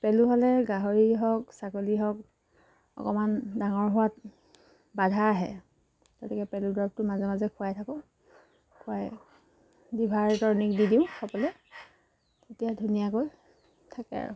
পেলু হ'লে গাহৰি হওক ছাগলী হওক অকণমান ডাঙৰ হোৱাত বাধা আহে গতিকে পেলুৰ দৰবটো মাজে মাজে খুৱাই থাকোঁ খুৱাই লিভাৰ টনিক দি দিওঁ খাবলৈ তেতিয়া ধুনীয়াকৈ থাকে আৰু